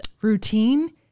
routine